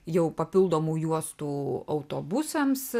jau papildomų juostų autobusams